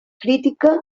crítica